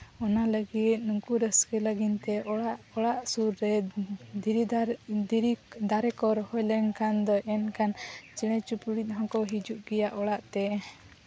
ᱚᱱᱟ ᱞᱟᱹᱜᱤᱫ ᱩᱱᱠᱩ ᱨᱟᱹᱥᱠᱟᱹ ᱞᱟᱹᱜᱤᱫᱛᱮ ᱚᱲᱟᱜ ᱚᱲᱟᱜ ᱥᱩᱨ ᱨᱮ ᱫᱷᱤᱨᱤ ᱫᱷᱤᱨᱤ ᱫᱟᱨᱮ ᱠᱚ ᱨᱚᱦᱚᱭ ᱞᱮᱱᱠᱷᱟᱱ ᱫᱚ ᱮᱱᱠᱷᱟᱱ ᱪᱮᱬᱮ ᱪᱤᱯᱨᱩᱫ ᱦᱚᱸᱠᱚ ᱦᱤᱡᱩ ᱜᱮᱭᱟ ᱚᱲᱟᱜᱼᱛᱮ